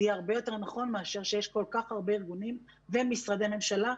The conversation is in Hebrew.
זה יהיה הרבה יותר נכון מאשר שיש כל כך הרבה ארגונים ומשרדי ממשלה,